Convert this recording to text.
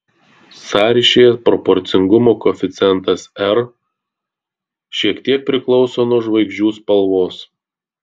sąryšyje proporcingumo koeficientas r šiek tiek priklauso nuo žvaigždžių spalvos